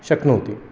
शक्नोति